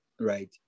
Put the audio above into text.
right